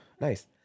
Nice